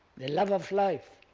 the love of life,